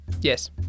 Yes